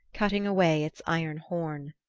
cutting away its iron horn.